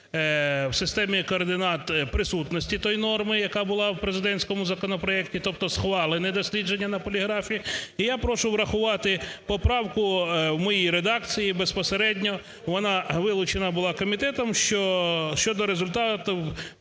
в системі координат присутності тої норми, яка була в президентському законопроекті, тобто схвалене дослідження на поліграфі. Я прошу врахувати поправку в моїй редакції безпосередньо, вона вилучена була комітетом щодо результатів